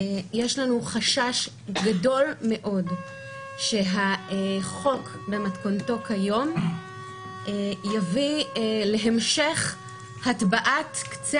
יש לנו חשש גדול מאוד שהחוק במתכונתו כיום יביא להמשך הטבעת קצה